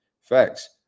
Facts